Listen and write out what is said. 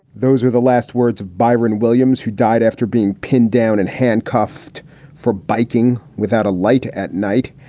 those were the last words of byron williams, who died after being pinned down and handcuffed for biking without a light at night.